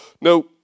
now